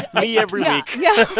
me every week yeah, yeah.